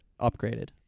upgraded